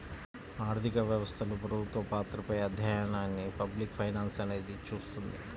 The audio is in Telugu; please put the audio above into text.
ఆర్థిక వ్యవస్థలో ప్రభుత్వ పాత్రపై అధ్యయనాన్ని పబ్లిక్ ఫైనాన్స్ అనేది చూస్తుంది